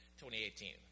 2018